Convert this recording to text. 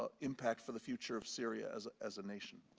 ah impact for the future of syria as as a nation.